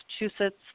Massachusetts